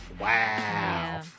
Wow